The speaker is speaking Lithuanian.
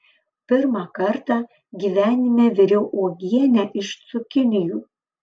pirmą kartą gyvenime viriau uogienę iš cukinijų